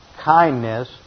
kindness